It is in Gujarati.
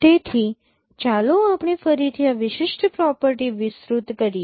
તેથી ચાલો આપણે ફરીથી આ વિશિષ્ટ પ્રોપર્ટી વિસ્તૃત કરીએ